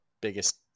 biggest